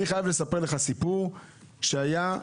אני חייב לספר לך סיפור על מור אבי,